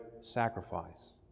sacrifice